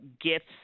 gifts